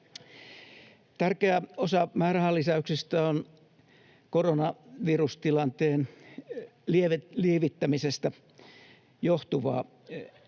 Tärkeä osa määrärahalisäyksistä on koronavirustilanteen lievittämisestä johtuvaa. Erityisesti